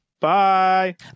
bye